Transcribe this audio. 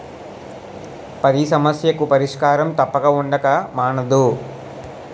పతి సమస్యకు పరిష్కారం తప్పక ఉండక మానదు